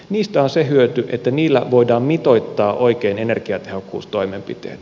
niistä on se hyöty että niillä voidaan mitoittaa oikein energiatehokkuustoimenpiteet